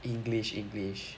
english english